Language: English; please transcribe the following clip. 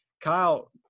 Kyle